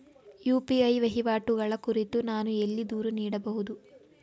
UPI ವಹಿವಾಟುಗಳ ಕುರಿತು ನಾನು ಎಲ್ಲಿ ದೂರು ನೀಡಬಹುದು?